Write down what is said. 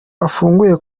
afunguye